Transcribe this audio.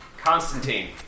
Constantine